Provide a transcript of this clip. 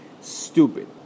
stupid